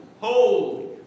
holy